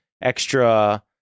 extra